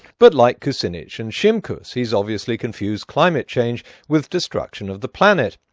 but like kucinich and shimkus, he's obviously confused climate change with destruction of the planet.